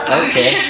okay